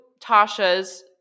Tasha's